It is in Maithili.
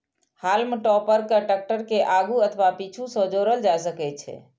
हाल्म टॉपर कें टैक्टर के आगू अथवा पीछू सं जोड़ल जा सकै छै